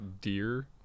deer